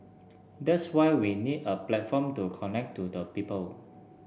that's why we need a platform to connect to the people